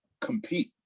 compete